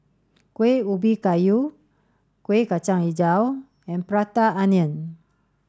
Kuih Ubi Kayu Kuih Kacang Hijau and Prata Onion